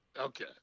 Okay